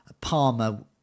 Palmer